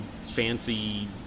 fancy